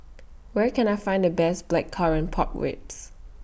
Where Can I Find The Best Blackcurrant Pork Ribs